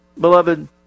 beloved